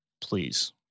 Please